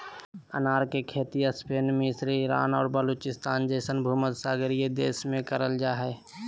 अनार के खेती स्पेन मिस्र ईरान और बलूचिस्तान जैसन भूमध्यसागरीय देश में कइल जा हइ